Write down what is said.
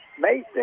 Mason